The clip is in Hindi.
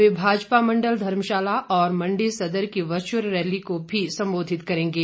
वे भाजपा मंडल धर्मशाला और मंडी सदर की वर्चअल रैली को भी संबोधित करेंगे